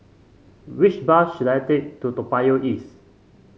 which bus should I take to Toa Payoh East